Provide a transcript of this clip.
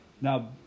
Now